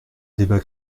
débat